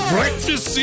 Breakfast